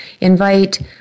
invite